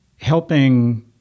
helping